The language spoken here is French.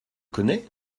connais